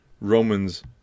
Romans